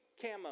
camo